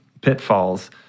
pitfalls